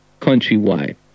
countrywide